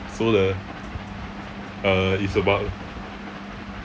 so the uh is about